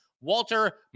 Walter